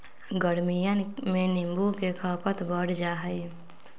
गर्मियन में नींबू के खपत बढ़ जाहई